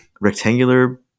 rectangular